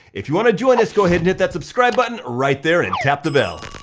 if you wanna join us, go ahead and hit that subscribe button right there, and tap the bell.